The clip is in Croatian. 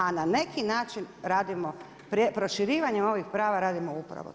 A na neki način radimo, proširivanje ovih prava radimo upravo to.